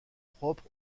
propre